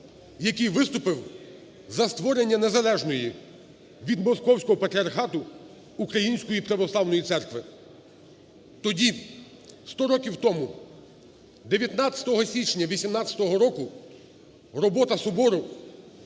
який виступив за створення незалежної від Московського Патріархату Української Православної Церкви. Тоді, 100 років тому, 19 січня 18-го року, робота Собору